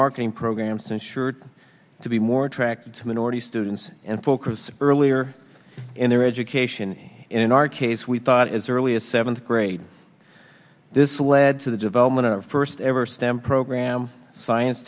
marketing programs and should to be more attractive to minority students and focus earlier in their education in our case we thought is the earliest seventh grade this led to the development of first ever stem program science